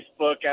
Facebook